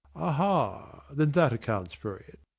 aha then that accounts for it!